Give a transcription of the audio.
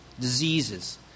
diseases